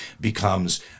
becomes